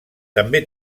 també